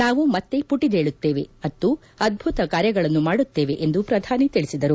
ನಾವು ಮತ್ತೆ ಪುಟಿದೇಳುತ್ತೇವೆ ಮತ್ತು ಅದ್ಭತ ಕಾರ್ಯಗಳನ್ನು ಮಾಡುತ್ತೇವೆ ಎಂದು ಪ್ರಧಾನಮಂತ್ರಿ ತಿಳಿಸಿದರು